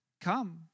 come